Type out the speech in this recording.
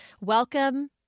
Welcome